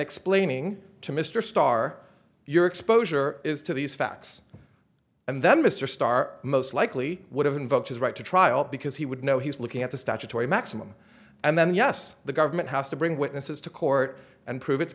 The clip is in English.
explaining to mr starr your exposure is to these facts and then mr starr most likely would have invoked his right to trial because he would know he's looking at the statutory maximum and then yes the government has to bring witnesses to court and prove its